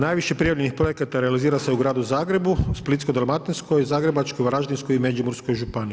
Najviše prijavljenih projekata realizira se u Gradu Zagrebu, Splitsko-dalmatinskoj, Zagrebačkoj, Varaždinskoj i Međimurskoj županiji.